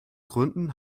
gründen